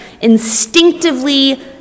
instinctively